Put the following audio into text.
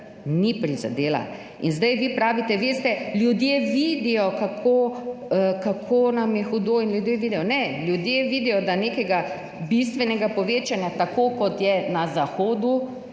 ni prizadela. In zdaj vi pravite, veste, ljudje vidijo, kako nam je hudo in ljudje vidijo … Ne, ljudje vidijo, da nekega bistvenega povečanja, tako kot je na zahodu,